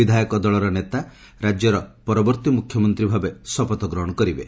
ବିଧାୟକ ଦଳର ନେତା ରାଜ୍ୟର ପରବର୍ତ୍ତୀ ମୁଖ୍ୟମନ୍ତ୍ରୀ ଭାବେ ଶପଥ ଗ୍ରହଣ କରିବେ